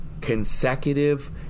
consecutive